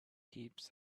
heaps